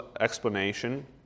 explanation